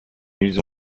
ils